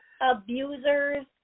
abusers